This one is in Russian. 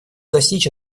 достичь